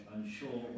unsure